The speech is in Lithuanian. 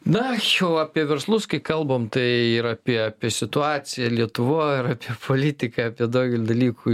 na jau apie verslus kai kalbam tai ir apie apie situaciją lietuvoj ir apie politiką apie daugelį dalykų